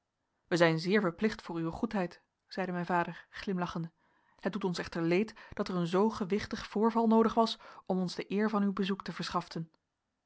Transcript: wij zijn zeer verplicht voor uwe goedheid zeide mijn vader glimlachende het doet ons echter leed dat er een zoo gewichtig voorval noodig was om ons de eer van uw bezoek te verschaften